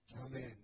Amen